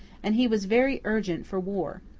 and he was very urgent for war.